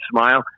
smile